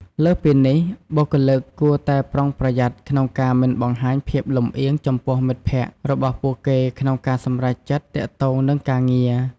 លើសពីនេះ បុគ្គលិកគួរតែប្រុងប្រយ័ត្នក្នុងការមិនបង្ហាញភាពលម្អៀងចំពោះមិត្តភក្តិរបស់ពួកគេក្នុងការសម្រេចចិត្តទាក់ទងនឹងការងារ។